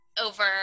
over